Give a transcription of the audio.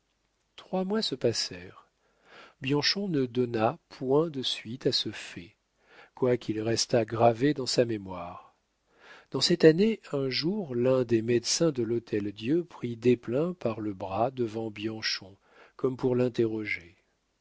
trois mois se passèrent bianchon ne donna point de suite à ce fait quoiqu'il restât gravé dans sa mémoire dans cette année un jour l'un des médecins de l'hôtel-dieu prit desplein par le bras devant bianchon comme pour l'interroger